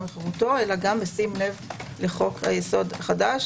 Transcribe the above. וחירותו אלא גם בשים לב לחוק היסוד החדש.